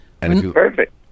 Perfect